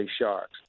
Sharks